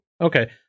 Okay